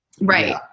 Right